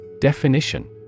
Definition